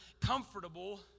comfortable